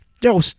Yo